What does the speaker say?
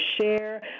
share